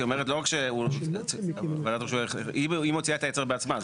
היא אומרת שהיא מוציאה את ההיתר בעצמה.